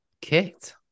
kicked